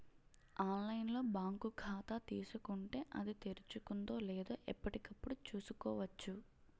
online లో bank ఖాతా తీసుకుంటే, అది తెరుచుకుందో లేదో ఎప్పటికప్పుడు చూసుకోవచ్చు